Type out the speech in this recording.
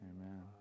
Amen